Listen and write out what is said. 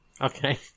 Okay